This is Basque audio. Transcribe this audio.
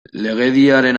legediaren